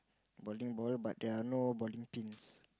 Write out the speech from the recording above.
bowling ball but there are no bowling pins